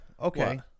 okay